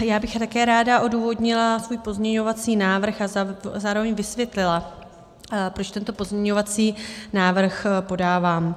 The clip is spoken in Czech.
Já bych také ráda odůvodnila svůj pozměňovací návrh a zároveň vysvětlila, proč tento pozměňovací návrh podávám.